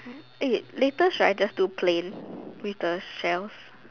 eh latest should I just do plain with the shells